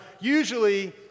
Usually